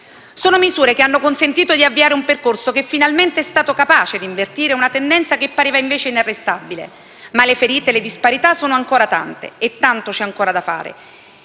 Sono misure che hanno consentito di avviare un percorso che finalmente è stato capace di invertire una tendenza che pareva invece inarrestabile, ma le ferite e le disparità sono ancora tante e tanto c'è ancora da fare.